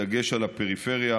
בדגש על הפריפריה,